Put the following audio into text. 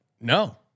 No